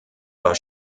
war